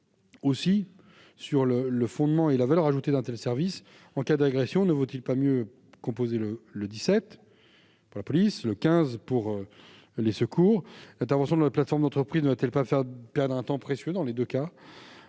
aussi sur la valeur ajoutée d'un tel service. En cas d'agression, ne vaut-il pas mieux composer le 17 pour la police ou le 15 pour les secours ? L'intervention de la plateforme d'entreprise ne va-t-elle pas faire perdre un temps précieux ? Ces amendements